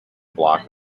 block